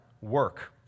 work